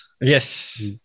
Yes